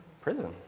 Prison